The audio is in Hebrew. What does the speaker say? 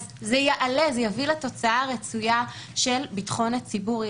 זה יעלה ויביא לתוצאה הרצויה של ביטחון הציבור.